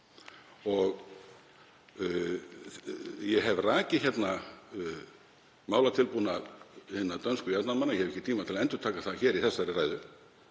Ég hef rakið hér málatilbúnað hinna dönsku jafnaðarmanna, ég hef ekki tíma til að endurtaka það í þessari ræðu.